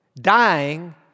dying